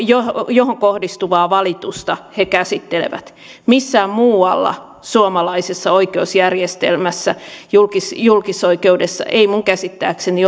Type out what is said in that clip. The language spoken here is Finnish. johon kohdistuvaa valitusta he käsittelevät missään muualla suomalaisessa oikeusjärjestelmässä julkisoikeudessa ei minun käsittääkseni